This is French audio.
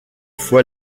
fois